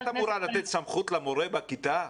את אמורה לתת סמכות למורה בכיתה?